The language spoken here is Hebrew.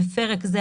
(בפרק זה,